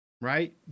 right